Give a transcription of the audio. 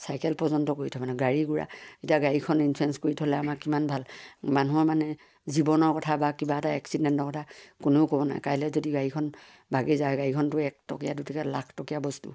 cycle পৰ্যন্ত কৰি থয় মানুহে গাড়ী গোৰা এতিয়া গাড়ীখন ইঞ্চুৰেঞ্চ কৰি থ'লে আমাক কিমান ভাল মানুহৰ মানে জীৱনৰ কথা বা কিবা এটা এক্সিডেণ্টৰ কথা কোনেও ক'ব নোৱাৰে কাইলৈ যদি গাড়ীখন ভাগি যায় গাড়ীখনটো একটকীয়া দুটকীয়া লাটকীয়া বস্তু